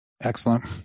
Excellent